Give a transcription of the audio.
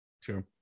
Sure